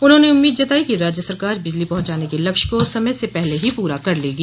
उन्होंने उम्मीद जताई कि राज्य सरकार बिजली पहुंचाने के लक्ष्य को समय से पहले ही पूरा कर लेगी